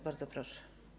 Bardzo proszę.